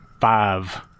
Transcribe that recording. five